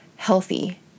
healthy